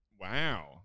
Wow